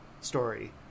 story